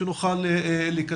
כדי שנוכל לקדם.